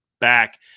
back